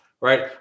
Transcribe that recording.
right